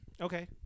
Okay